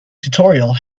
tutorial